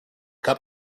cup